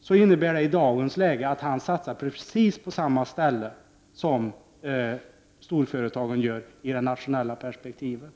så innebär det i dagens läge att han satsar precis på samma ställe som storföretagen i det nationella perspektivet.